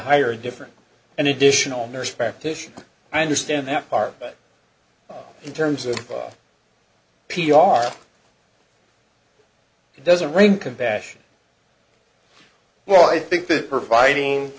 hire a different and additional nurse practitioner i understand that part in terms of p r it doesn't rain compassion well i think that providing